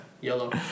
Yellow